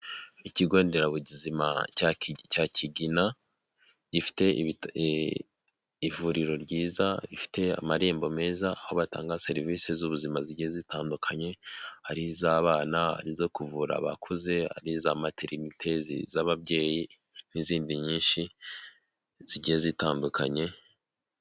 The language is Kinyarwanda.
Ikigo Nderabugizima cya ki cya Kigina, gifite ibita eee ivuriro ryiza rifite amarembo meza, aho batanga serivisi z'ubuzima zigiye zitandukanye, ari iz'abana, ari izo kuvura abakuze, ari iza materinite z'ababyeyi n'izindi nyinshi zigiye zitandukanye.